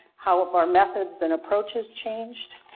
how have our methods and approaches changed?